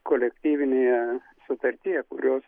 kolektyvinėje sutartyje kurios